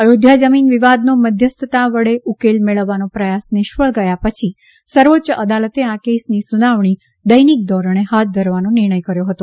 અયોધ્યા જમીન વિવાદનો મધ્યસ્થતા વડે ઉકેલ મેળવવાનો પ્રયાસ નિષ્ફળ ગયા પછી સર્વોચ્ય અદાલતે આ કેસની સુનાવણી દૈનિક ધોરણે હાથ ધરવાનો નિર્ણય કર્યો હતો